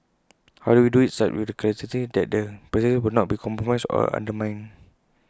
how do we do IT such with the certainty that the practices will not be compromised or undermined